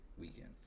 weekends